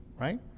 right